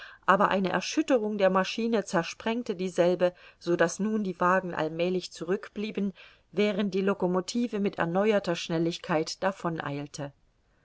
aber eine erschütterung der maschine zersprengte dieselbe so daß nun die wagen allmälig zurückblieben während die locomotive mit erneuerter schnelligkeit